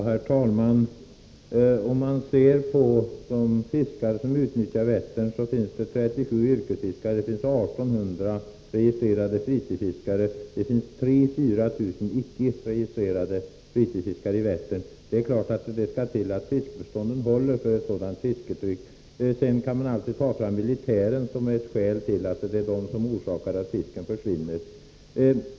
Herr talman! Om vi ser på de fiskare som utnyttjar Vättern kan vi notera 37 yrkesfiskare, 1 800 registrerade fritidsfiskare och 3 0004 000 icke registrerade fritidsfiskare. Det är klart att det skall till ett bra fiskebestånd för att det skall hålla för ett sådant tryck. Sedan kan man alltid ta fram militärerna som ett skäl till att fisken försvinner.